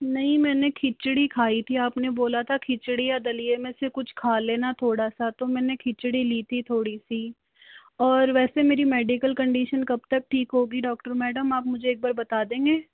नहीं मैंने खिचड़ी खाई थी आपने बोला था खिचड़ी या दलिये में से कुछ खा लेना थोड़ा सा तो मैंने खिचड़ी ली थी थोड़ी सी और वैसे मेरी मेडिकल कन्डिशन कब तक ठीक होगी डॉक्टर मैडम आप मुझे एक बार बता देंगे